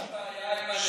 יש בעיה עם הנתונים.